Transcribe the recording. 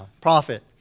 prophet